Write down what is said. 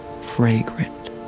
fragrant